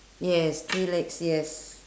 yes three legs yes